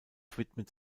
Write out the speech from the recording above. widmet